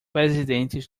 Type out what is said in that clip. presidentes